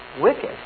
wicked